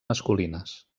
masculines